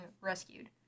rescued